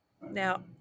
Now